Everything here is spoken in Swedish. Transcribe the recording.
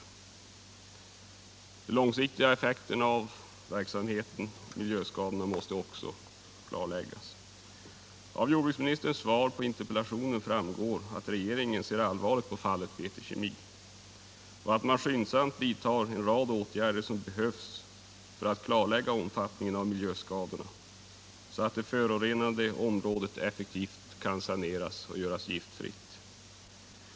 De långsiktiga 13 oktober 1977 effekterna av verksamheten och miljöskadorna måste också klarläggas. Av jordbruksministerns svar på interpellationen framgår att regeringen — Om giftspridningen ser allvarligt på fallet BT Kemi och att den skyndsamt vidtagit en rad i Teckomatorp, nödvändiga åtgärder för att klarlägga omfattningen av miljöskadorna för — m.m. att det förorenade området effektivt skall kunna saneras och göras giftfritt.